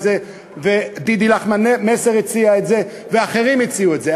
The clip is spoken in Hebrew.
זה ודידי לחמן-מסר הציעה את זה ואחרים הציעו את זה,